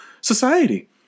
society